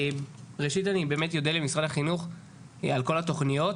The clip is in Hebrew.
ראשית אני באמת אודה למשרד החינוך על כל התכניות.